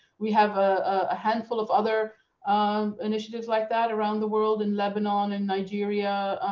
we have a handful of other um initiatives like that around the world in lebanon and nigeria,